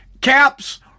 caps